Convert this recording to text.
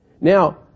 now